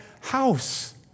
house